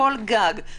כל גג,